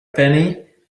penny